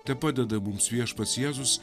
tepadeda mums viešpats jėzus